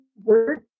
word